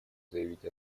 заявить